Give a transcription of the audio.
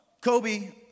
Kobe